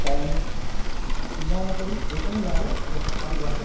তাই আমি চিন্তাভাবনা করি যেখানে যাবো আমি একাই যাবো